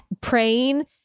praying